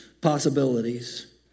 possibilities